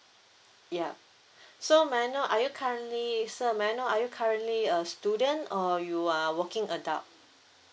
yup so may I know are you currently sir may I know are you currently a student or you are working adult